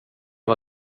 var